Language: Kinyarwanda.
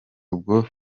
ubwo